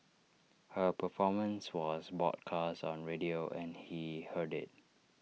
her performance was broadcast on radio and he heard IT